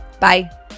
Bye